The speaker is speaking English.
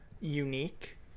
unique